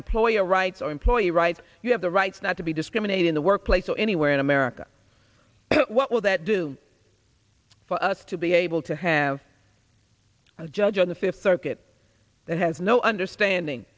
employer rights or employee rights you have the rights not to be discriminated in the workplace or anywhere in america what will that do for us to be able to have a judge on the fifth circuit that has no understanding